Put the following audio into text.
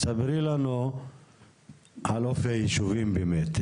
תספרי לנו על אופי הישובים באמת,